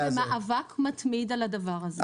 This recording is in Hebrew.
אנחנו במאבק מתמיד על הדבר הזה.